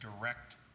direct